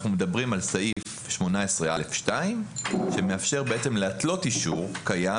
אנחנו מדברים על סעיף 18א(2) שמאפשר בעצם להתלות אישור קיים